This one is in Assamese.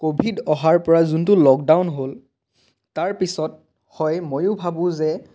কোভিড অহাৰ পৰা যোনটো লকডাউন হ'ল তাৰ পিছত হয় ময়ো ভাবোঁ যে